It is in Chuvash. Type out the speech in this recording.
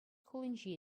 хулинче